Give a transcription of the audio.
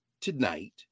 tonight